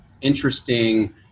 interesting